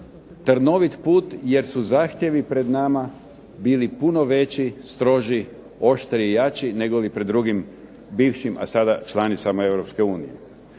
trnovit put jer su zahtjevi pred nama bili puno veći, stroži, oštriji i jači negoli pred drugim bivšim, a sada članicama